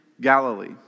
Galilee